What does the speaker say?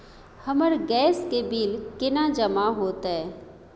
हमर गैस के बिल केना जमा होते?